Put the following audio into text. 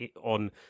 on